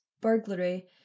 burglary